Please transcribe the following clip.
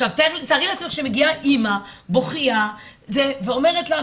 תארי לעצמך שמגיעה אימא בוכייה ואומרת לה,